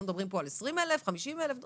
לא מדברים פה על 20 או 50 אלף אלא